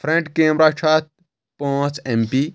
front camera چھُ اتھ پانٛژھ ایم پی